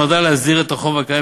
שנועדה להסדיר את החוב הקיים,